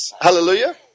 Hallelujah